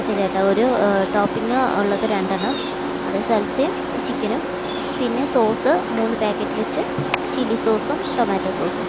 okay ചേട്ടാ ഒരു topping ഉള്ളത് രണ്ടെണ്ണം അത് സൽസയും ചിക്കനും പിന്നെ സോസ് മൂന്ന് പാക്കറ്റ് വെച്ച് ചില്ലി സോസും ടൊമാറ്റോ സോസും